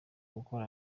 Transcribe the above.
gukora